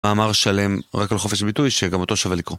מאמר שלם רק על חופש הביטוי שגם אותו שווה לקרוא